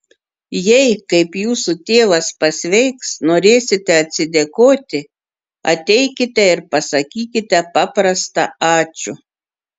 jei kaip jūsų tėvas pasveiks norėsite atsidėkoti ateikite ir pasakykite paprastą ačiū